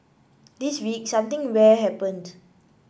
this week something rare happened